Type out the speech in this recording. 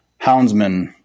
houndsmen